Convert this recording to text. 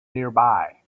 nearby